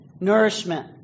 Nourishment